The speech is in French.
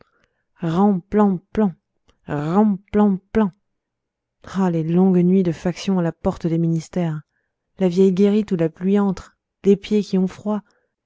oh les longues nuits de faction à la porte des ministères la vieille guérite où la pluie entre les pieds qui ont froid